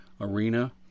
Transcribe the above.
arena